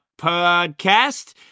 podcast